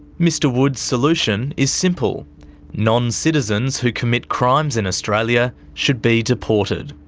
mr wood's solution is simple non-citizens who commit crimes in australia should be deported.